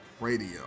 Radio